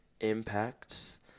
impacts